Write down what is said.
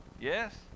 Yes